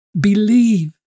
believe